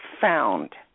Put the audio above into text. found